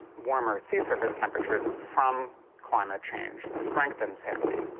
warmer sea-surface temperatures from climate change strengthened sandy.